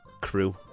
crew